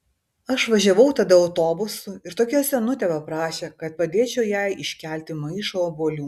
aš važiavau tada autobusu ir tokia senutė paprašė kad padėčiau jai iškelti maišą obuolių